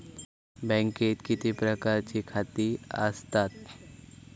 बँकेत किती प्रकारची खाती आसतात?